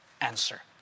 answer